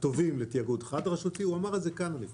הטובים לתיאגוד חד-רשותי הוא אמר את זה כאן אני חושב.